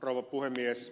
rouva puhemies